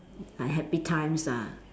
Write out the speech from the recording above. uh happy times ah